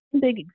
big